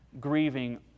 grieving